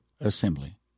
assembly